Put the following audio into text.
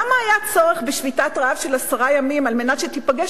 למה היה צורך בשביתת רעב של עשרה ימים על מנת שתיפגש